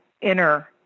inner